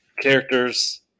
characters